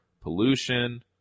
pollution